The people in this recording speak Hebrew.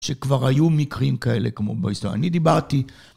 שכבר היו מקרים כאלה כמו בזה. אני דיברתי...